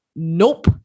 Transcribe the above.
nope